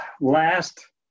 last